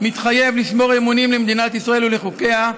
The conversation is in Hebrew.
מתחייב לשמור אמונים למדינת ישראל ולחוקיה,